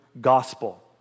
gospel